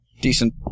decent